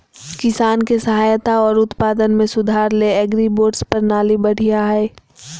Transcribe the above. किसान के सहायता आर उत्पादन में सुधार ले एग्रीबोट्स प्रणाली बढ़िया हय